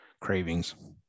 cravings